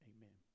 Amen